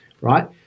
Right